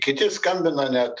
kiti skambina net